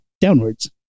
downwards